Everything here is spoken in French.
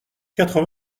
quatre